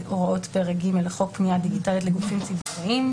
הוראות פרק ג' לחוק פנייה דיגיטלית לגופים ציבוריים,